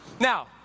Now